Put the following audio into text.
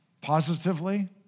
positively